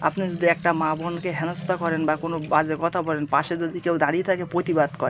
আপনি যদি একটা মা বোনকে হেনস্থা করেন বা কোনো বাজে কথা বলেন পাশে যদি কেউ দাঁড়িয়ে থাকে প্রতিবাদ করে